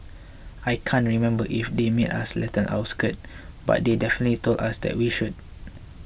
I can't remember if they made us lengthen our skirt but they definitely told us that we should